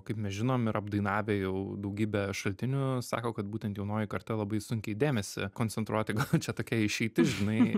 kaip mes žinom ir apdainavę jau daugybę šaltinių sako kad būtent jaunoji karta labai sunkiai dėmesį koncentruoti gal čia tokia išeitis žinai